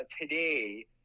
today